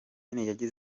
perezida